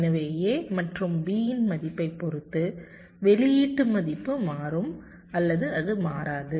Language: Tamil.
எனவே A மற்றும் B இன் மதிப்பைப் பொறுத்து வெளியீட்டு மதிப்பு மாறும் அல்லது அது மாறாது